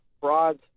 frauds